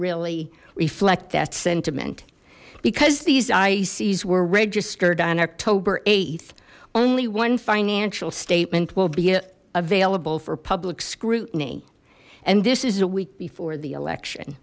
really reflect that sentiment because these icc's were registered on october th only one financial statement will be available for public scrutiny and this is a week before the election